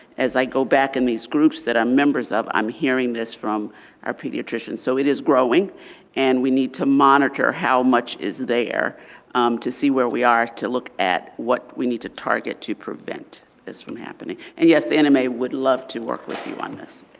as i go back in these groups that i'm members of i'm hearing this from our pediatrician. so, it is growing and we need to monitor how much is there to see where we are to look at what we need to target to prevent this from happening. and yes, nma would love to work with you on this.